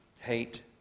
hate